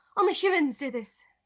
only humans do this.